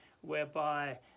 whereby